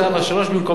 3 במקום אפס,